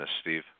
Steve